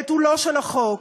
את עולו של החוק.